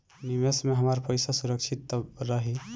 निवेश में हमार पईसा सुरक्षित त रही?